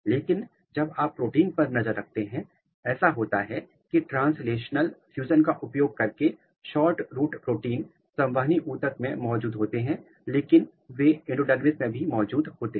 लेकिन जब आप प्रोटीन पर नज़र रखते हैं ऐसा होता है कि ट्रांसलेशनल फ़्यूज़न का उपयोग करके शॉर्ट रूट प्रोटीन संवहनी ऊतक में मौजूद होते हैं लेकिन वे एंडोडर्मिस में भी मौजूद होते हैं